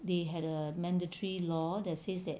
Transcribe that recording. they had a mandatory law that says that